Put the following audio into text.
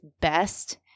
best